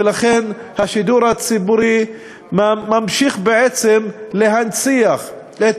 ולכן השידור הציבורי ממשיך בעצם להנציח את